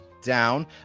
down